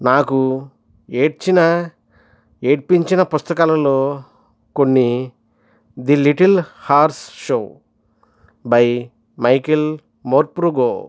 నాకు ఏడ్చిన ఏడ్పించిన పుస్తకాలలో కొన్ని the little horse show by Michael Morpurgo